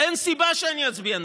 אין סיבה שאני אצביע נגד.